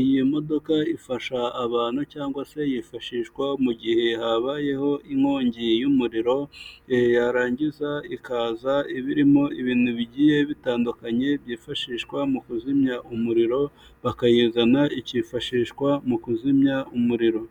iyo modoka ifasha abantu cyangwa se yifashishwa mu gihe habayeho inkongi y'umuriro, yarangiza ikaza ibirimo ibintu bigiye bitandukanye byifashishwa mu kuzimya umuriro bakayizana ikifashishwa mu kuzimya umuriro.